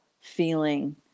feeling